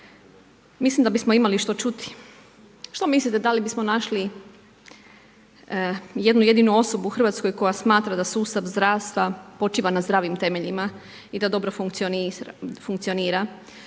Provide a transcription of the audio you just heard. Mislim da bismo imali što čuti. Što mislite da li bismo našli, jednu jedinu osobu u Hrvatskoj koja smatra da sustav zdravstva počiva na zdravim temeljima i da dobro funkcionira.